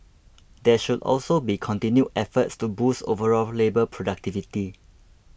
there should also be continued efforts to boost overall labour productivity